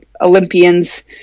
Olympians